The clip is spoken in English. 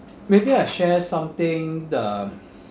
maybe I share something the